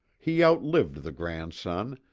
he outlived the grandson,